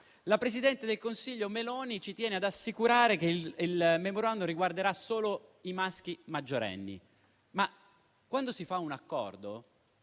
La presidente del Consiglio Meloni ci tiene ad assicurare che il *memorandum* riguarderà solo i maschi maggiorenni: quando si fa un accordo,